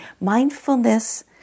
Mindfulness